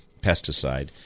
pesticide